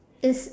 is